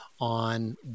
on